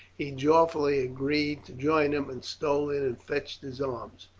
he joyfully agreed to join him, and stole in and fetched his arms.